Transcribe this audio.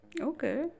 Okay